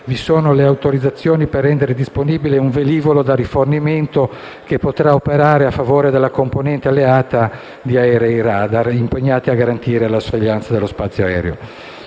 vi sono le autorizzazioni per rendere disponibile un velivolo da rifornimento che potrà operare a favore della componente alleata di aerei radar, impegnati a garantire la sorveglianza dello spazio aereo.